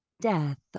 death